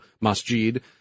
masjid